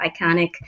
iconic